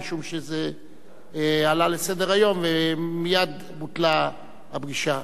משום שזה עלה על סדר-היום ומייד בוטלה הפגישה.